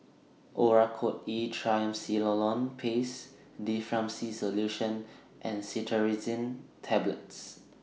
Oracort E Triamcinolone Paste Difflam C Solution and Cetirizine Tablets